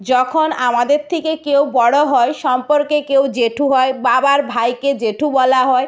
যখন আমাদের থেকে কেউ বড় হয় সম্পর্কে কেউ জ্যেঠু হয় বাবার ভাইকে জ্যেঠু বলা হয়